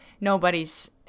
nobody's